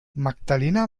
magdalena